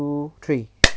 three